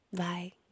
bye